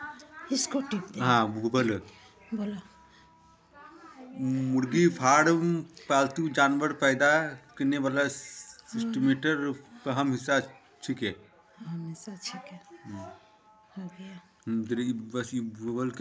मुर्गी फार्म पालतू जानवर पैदा करने वाला सिस्टमेर अहम हिस्सा छिके